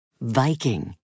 Viking